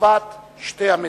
לטובת שתי המדינות.